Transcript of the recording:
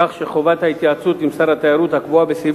כך שחובת ההתייעצות עם שר התיירות הקבועה בסעיף